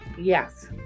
Yes